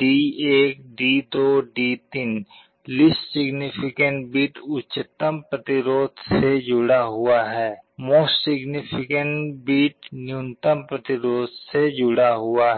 D1 D2 D3 least significant bit उच्चतम प्रतिरोध से जुड़ा हुआ है मोस्ट सिग्नीफिकेंट बिट न्यूनतम प्रतिरोध से जुड़ा हुआ है